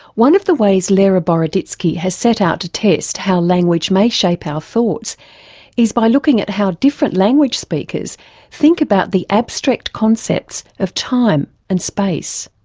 one of the ways lera boroditsky has set out to test how language may shape our thoughts is by looking at how different language speakers think about the abstract concepts of time and space.